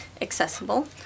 accessible